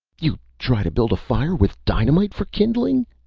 you try to build a fire with dynamite for kindling?